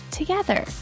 together